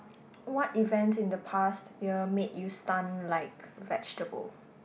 what event in the past year make you stun like vegetable